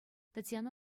татьяна